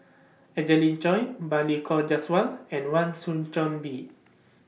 Angelina Choy Balli Kaur Jaswal and Wan Soon John Bee